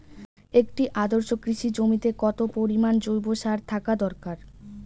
একটি আদর্শ কৃষি জমিতে কত পরিমাণ জৈব সার থাকা দরকার?